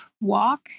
walk